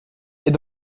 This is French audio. est